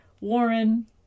Warren